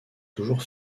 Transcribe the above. toujours